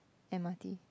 M_R_T